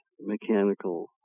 mechanical